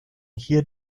hier